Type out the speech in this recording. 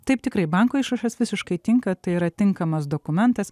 taip tikrai banko išrašas visiškai tinka tai yra tinkamas dokumentas